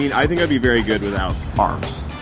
i think i'd be very good without arms.